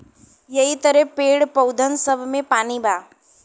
यहि तरह पेड़, पउधन सब मे पानी बा